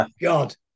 God